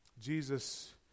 Jesus